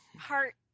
heart